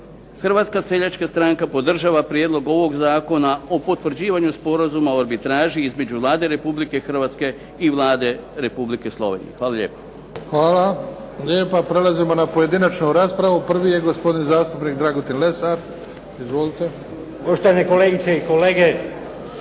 interesi RH i HSS podržava prijedlog ovog Zakona o potvrđivanju sporazuma o arbitraži između Vlade Republike Hrvatske i Vlade Republike Slovenije. Hvala lijepo. **Bebić, Luka (HDZ)** Hvala lijepa. Prelazimo na pojedinačnu raspravu. Prvi je gospodin zastupnik Dragutin Lesar, izvolite. **Lesar, Dragutin